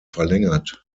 verlängert